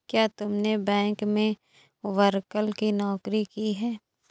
क्या तुमने बैंक में क्लर्क की नौकरी भी की है?